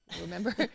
remember